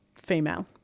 female